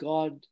God